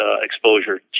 exposure